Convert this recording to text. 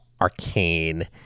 arcane